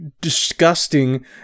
disgusting